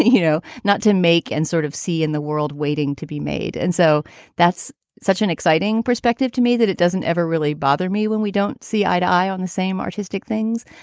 you know, not to make and sort of see in the world waiting to be made. and so that's such an exciting perspective to me that it doesn't ever really bother me when we don't see eye to eye on the same artistic things.